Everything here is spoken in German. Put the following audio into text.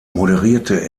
moderierte